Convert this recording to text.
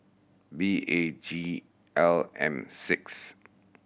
B A G L M six